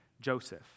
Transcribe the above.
Joseph